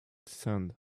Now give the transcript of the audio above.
sand